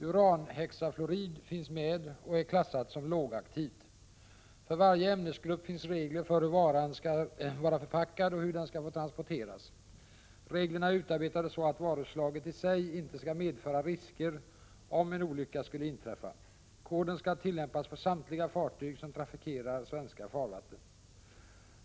Uranhexafluorid finns med och är klassat som lågaktivt. För varje ämnesgrupp finns regler för hur varan skall vara förpackad och hur den skall få transporteras. Reglerna är utarbetade så att varuslaget i sig inte skall medföra risker om en olycka skulle inträffa. Koden skall tillämpas på samtliga fartyg som trafikerar svenska farvatten.